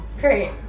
Great